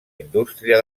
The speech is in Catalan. indústria